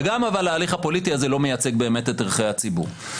אבל גם ההליך הפוליטי הזה לא מייצג באמת את ערכי הציבור.